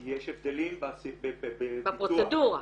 כי יש הבדלים בביצוע -- בפרוצדורה.